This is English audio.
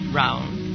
round